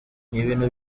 ibintu